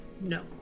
no